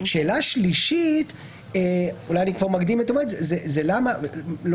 שאלה שלישית אולי אני מקדים היא למה לא